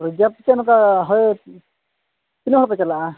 ᱨᱤᱡᱟᱵᱽ ᱠᱟᱛᱮᱫ ᱦᱳᱭ ᱛᱤᱱᱟᱹᱜ ᱦᱚᱲ ᱯᱮ ᱪᱟᱞᱟᱜᱼᱟ